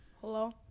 hello